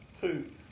two